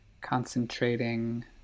concentrating